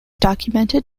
documented